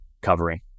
covering